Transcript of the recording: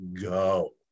go